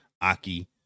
Aki